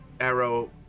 arrow